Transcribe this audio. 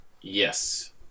Yes